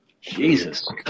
Jesus